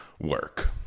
work